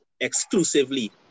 exclusively